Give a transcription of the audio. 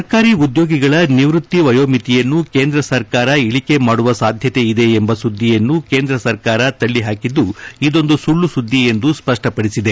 ಸರ್ಕಾರಿ ಉದ್ಯೋಗಿಗಳ ನಿವೃತ್ತಿ ವಯೋಮಿತಿಯನ್ನು ಕೇಂದ್ರ ಸರ್ಕಾರ ಇಳಿಕೆ ಮಾಡುವ ಸಾಧ್ಯತೆಯಿದೆ ಎಂಬ ಸುದ್ಲಿಯನ್ನು ಕೇಂದ್ರ ಸರ್ಕಾರ ಇದೊಂದು ತಳ್ಳಿ ಪಾಕಿದ್ದು ಸುಳ್ಳು ಸುದ್ದಿ ಎಂದು ಸ್ವಷ್ಷ ಪಡಿಸಿದೆ